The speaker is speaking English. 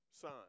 son